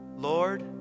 Lord